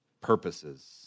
purposes